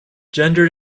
gender